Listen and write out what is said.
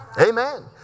Amen